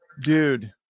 dude